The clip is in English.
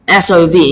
SOV